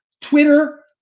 Twitter